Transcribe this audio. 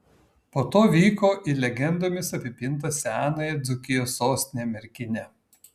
po to vyko į legendomis apipintą senąją dzūkijos sostinę merkinę